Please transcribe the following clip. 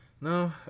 No